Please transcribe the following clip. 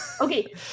Okay